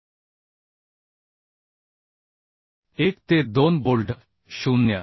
1 ते 2 बोल्ट 0